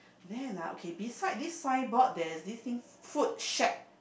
then ah okay beside this signboard there is this thing food shack